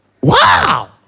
Wow